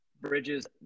bridges